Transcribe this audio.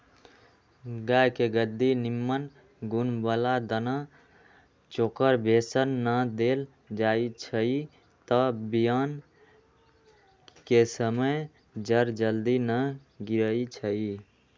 गाय के जदी निम्मन गुण बला दना चोकर बेसन न देल जाइ छइ तऽ बियान कें समय जर जल्दी न गिरइ छइ